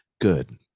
good